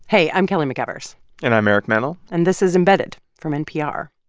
hey, i'm kelly mcevers and i'm eric mennel and this is embedded from npr.